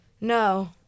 No